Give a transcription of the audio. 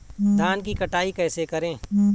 धान की कटाई कैसे करें?